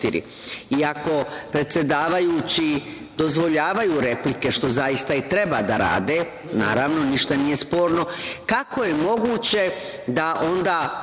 ako predsedavajući dozvoljavaju replike, što zaista i treba da rade, naravno, ništa nije sporno, kako je moguće da onda